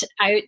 out